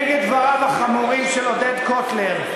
נגד דבריו החמורים של עודד קוטלר,